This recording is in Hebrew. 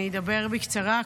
אני אדבר בקצרה.